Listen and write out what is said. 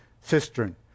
cistern